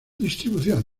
distribución